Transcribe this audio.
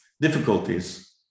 difficulties